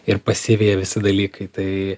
ir pasiveja visi dalykai tai